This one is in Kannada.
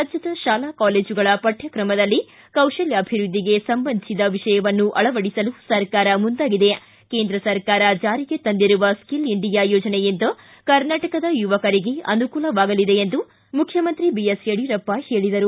ರಾಜ್ಯದ ಶಾಲಾ ಕಾಲೇಜುಗಳ ಪಠ್ಯಕ್ರಮದಲ್ಲಿ ಕೌಶಲ್ಯಾಭಿವೃದ್ಧಿಗೆ ಸಂಬಂಧಿಸಿದ ವಿಷಯವನ್ನು ಅಳವಡಿಸಲು ಸರ್ಕಾರ ಮುಂದಾಗಿದೆ ಕೇಂದ್ರ ಸರ್ಕಾರ ಜಾರಿಗೆ ತಂದಿರುವ ಸ್ಕಿಲ್ ಇಂಡಿಯಾ ಯೋಜನೆಯಿಂದ ಕರ್ನಾಟಕದ ಯುವಕರಿಗೆ ಅನುಕೂಲವಾಗಿದೆ ಎಂದು ಹೇಳಿದರು